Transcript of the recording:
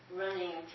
running